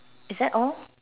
is that all